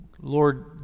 Lord